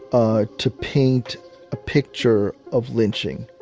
ah to paint a picture of lynching.